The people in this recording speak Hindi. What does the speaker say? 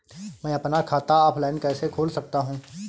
मैं अपना खाता ऑफलाइन कैसे खोल सकता हूँ?